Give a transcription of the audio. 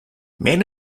men